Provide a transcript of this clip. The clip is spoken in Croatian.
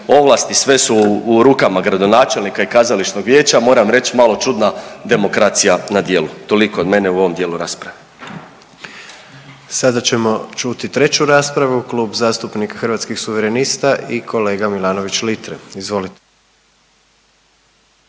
ovlasti sve su u rukama gradonačelnika i kazališnog vijeća, moram reć malo čudna demokracija na djelu. Toliko od mene u ovom dijelu rasprave. **Jandroković, Gordan (HDZ)** Sada ćemo čuti treću raspravu, Klub zastupnika Hrvatskih suverenista i kolega Milanović Litre, izvolite.